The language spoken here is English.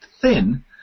thin